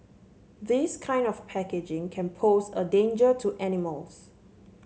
this kind of packaging can pose a danger to animals